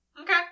Okay